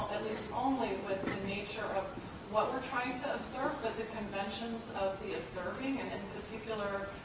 at least only with the nature of what we're trying to observe, but the conventions of the observing, and in particular,